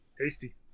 Tasty